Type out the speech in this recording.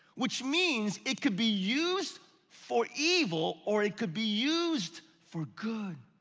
which means it could be used for evil, or it could be used for good.